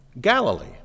Galilee